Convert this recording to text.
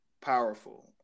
powerful